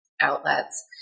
outlets